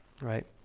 right